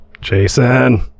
Jason